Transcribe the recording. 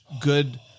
good